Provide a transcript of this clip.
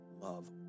Love